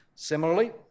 Similarly